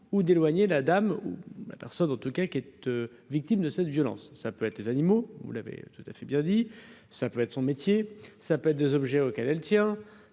ou d'éloigner la dame, ben personne en tout cas qui être victimes de cette violence, ça peut être des animaux, vous l'avez tout à fait bien dit ça peut être son métier, ça peut être des objets auxquels elle tient,